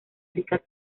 rica